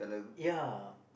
ya